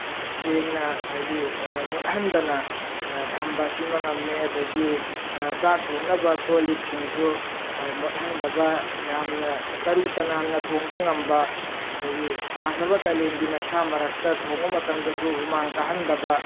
ꯁꯦꯡꯅ ꯍꯥꯏꯕꯗꯤ ꯃꯣꯠꯍꯟꯗꯅ ꯊꯝꯕ ꯁꯤꯃ ꯉꯝꯃꯦ ꯑꯗꯨꯗꯒꯤ ꯆꯥꯛ ꯊꯣꯡꯅꯕ ꯀꯣꯜꯂꯤꯛꯁꯤꯡꯁꯨ ꯃꯣꯠꯍꯟꯗꯕ ꯌꯥꯝꯅ ꯇꯔꯨ ꯇꯅꯥꯟꯅ ꯊꯣꯡꯕ ꯉꯝꯕ ꯑꯗꯨꯗꯒꯤ ꯁꯥꯈ꯭ꯔꯕ ꯀꯥꯂꯦꯟꯒꯤ ꯃꯩꯁꯥ ꯃꯔꯛꯇ ꯊꯣꯡꯕ ꯃꯇꯝꯗꯁꯨ ꯍꯨꯃꯥꯡ ꯀꯥꯍꯟꯗꯕ